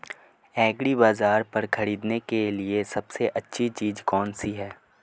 एग्रीबाज़ार पर खरीदने के लिए सबसे अच्छी चीज़ कौनसी है?